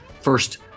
first